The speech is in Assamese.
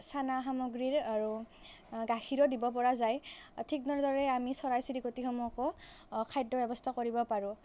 চানা সামগ্ৰীৰ আৰু গাখীৰো দিব পৰা যায় ঠিক তেনেদৰে আমি চৰাই চিৰিকটি সমূহকো খাদ্যৰ ব্যৱস্থা কৰিব পাৰোঁ